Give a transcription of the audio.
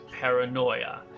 paranoia